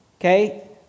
Okay